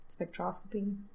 spectroscopy